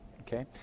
Okay